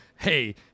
hey